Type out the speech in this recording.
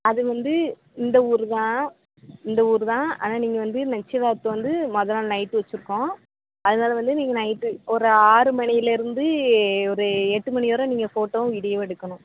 அது வந்து இந்த ஊர்தான் இந்த ஊர்தான் ஆனால் நீங்கள் வந்து நிச்சயதார்த்தம் வந்து முத நாள் நைட்டு வச்சிருக்கோம் அதனால வந்து நீங்கள் நைட்டு ஒரு ஆறு மணியிலேருந்து ஒரு எட்டு மணி வர நீங்கள் ஃபோட்டோவும் வீடியோவும் எடுக்கணும்